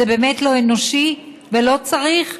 זה באמת לא אנושי ולא צריך,